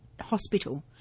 Hospital